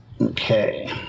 Okay